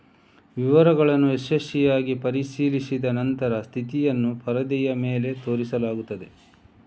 ವಿವರಗಳನ್ನು ಯಶಸ್ವಿಯಾಗಿ ಪರಿಶೀಲಿಸಿದ ನಂತರ ಸ್ಥಿತಿಯನ್ನು ಪರದೆಯ ಮೇಲೆ ತೋರಿಸಲಾಗುತ್ತದೆ